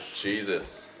Jesus